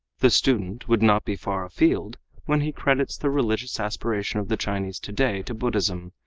the student would not be far afield when he credits the religious aspirations of the chinese today to buddhism,